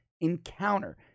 encounter